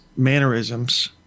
mannerisms